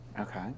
Okay